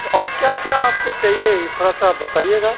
तो और क्या क्या आपको चाहिए थोड़ा सा बताइएगा